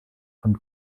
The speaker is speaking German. von